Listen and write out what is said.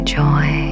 joy